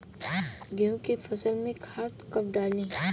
गेहूं के फसल में खाद कब डाली?